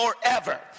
forever